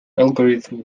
algorithm